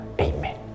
Amen